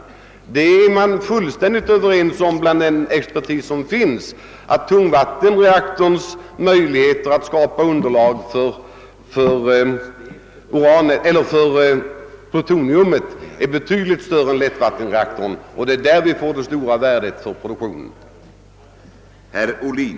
Expertisen är fullständigt enig om att tungvattenreaktorns möjligheter att skapa underlag för plutonium är betydligt större än lättvattenreaktorns och har större värde för produktionen.